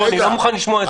אני לא מוכן לשמוע את זה.